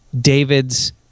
David's